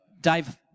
dave